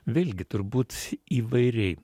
vėlgi turbūt įvairiai